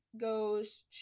goes